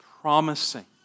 Promising